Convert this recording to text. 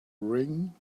ring